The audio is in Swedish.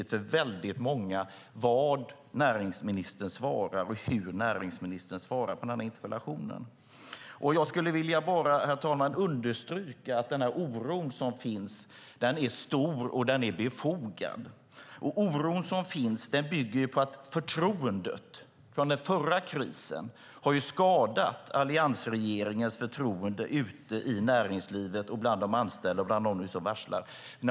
För väldigt många är det därför viktigt vad och hur näringsministern svarar på interpellationen. Herr talman! Jag skulle vilja understryka att den oro som finns är stor och befogad. Den oro som finns bygger på att förtroendet från förra krisen har skadat förtroendet för alliansregeringen ute i näringslivet och bland de anställda och dem som varslas.